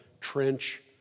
trench